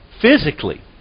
Physically